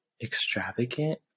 extravagant